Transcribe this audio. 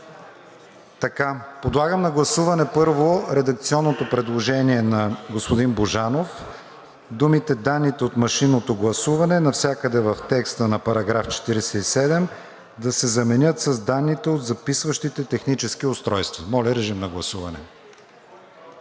Подлагам на гласуване първо редакционното предложение на господин Божанов: „думите „данните от машинното гласуване“ навсякъде в текста на § 47 да се заменят с „данните от записващите технически устройства“.“ Гласували